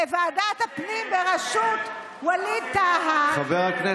בוועדת הפנים בראשות ווליד טאהא.